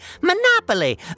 Monopoly